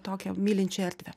tokią mylinčią erdvę